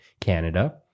Canada